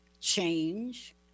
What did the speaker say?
change